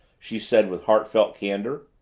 she said with heartfelt candor.